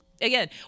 again